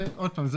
עוד פעם,